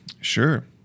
Sure